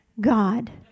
God